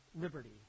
liberty